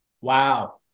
wow